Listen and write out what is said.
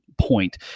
point